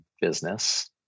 business